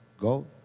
Go